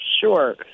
Sure